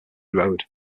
road